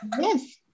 Yes